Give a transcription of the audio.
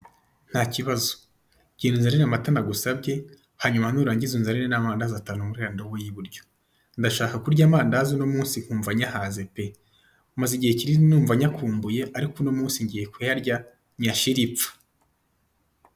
Nta kibazo. Genda unzanire amata nagusabye, hanyuma nurangiza unzanire n'amandazi atanu muri iriya ndobo y'iburyo . Ndashaka kurya amandazi uno munsi nkumva nyahaze pe! Maze igihe kinini numva nyakumbuye, ariko uno munsi ngiye kuyarya nyashire ipfa.